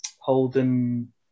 holden